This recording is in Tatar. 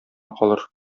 калыр